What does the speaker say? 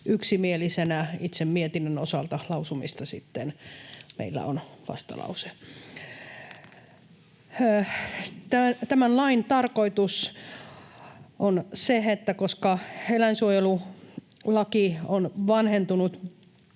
yksimielisenä itse mietinnön osalta. Lausumista sitten meillä on vastalause. Tämän lain tarkoitus on se, että koska eläinsuojelulaki on vanhentunut,